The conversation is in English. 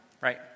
Right